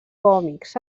còmics